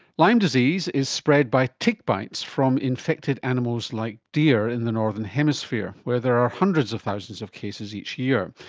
lyme disease is spread by tick bites from infected animals like deer in the northern hemisphere, where there are hundreds of thousands of cases each year.